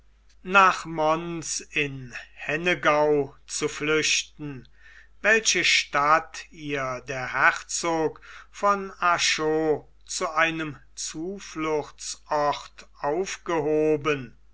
nach mons in hennegau zu flüchten welche stadt ihr der herzog von arschot zu einem zufluchtsort aufgehoben